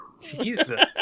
Jesus